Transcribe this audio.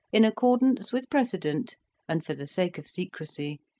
in accordance with precedent and for the sake of secrecy,